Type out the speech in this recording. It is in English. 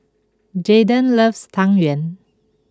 Jayden loves Tang Yuen